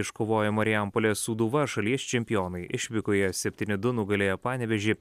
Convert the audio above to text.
iškovojo marijampolės sūduva šalies čempionai išvykoje septyni du nugalėjo panevėžį